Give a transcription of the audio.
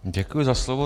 Děkuji za slovo.